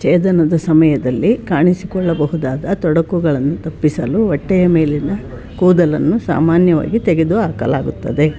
ಛೇದನದ ಸಮಯದಲ್ಲಿ ಕಾಣಿಸಿಕೊಳ್ಳಬಹುದಾದ ತೊಡಕುಗಳನ್ನು ತಪ್ಪಿಸಲು ಹೊಟ್ಟೆಯ ಮೇಲಿನ ಕೂದಲನ್ನು ಸಾಮಾನ್ಯವಾಗಿ ತೆಗೆದುಹಾಕಲಾಗುತ್ತದೆ